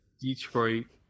Detroit